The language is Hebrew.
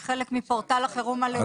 היא חלק מפורטל החירום הלאומי.